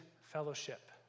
fellowship